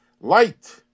light